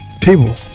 People